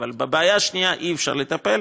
אבל בבעיה השנייה אי-אפשר לטפל,